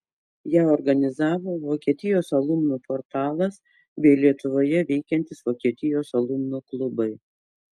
ją organizavo vokietijos alumnų portalas bei lietuvoje veikiantys vokietijos alumnų klubai